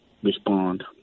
respond